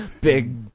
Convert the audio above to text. Big